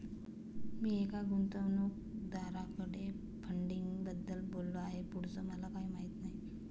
मी एका गुंतवणूकदाराकडे फंडिंगबद्दल बोललो आहे, पुढचं मला काही माहित नाही